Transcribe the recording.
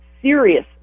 serious